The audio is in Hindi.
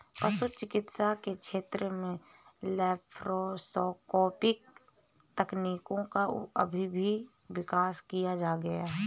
पशु चिकित्सा के क्षेत्र में लैप्रोस्कोपिक तकनीकों का भी विकास किया गया है